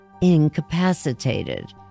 incapacitated